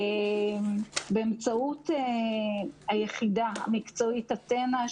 באמצעות היחידה המקצועית "אתנה",